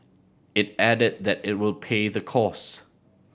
it added that it will pay the cost